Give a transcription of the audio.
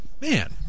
man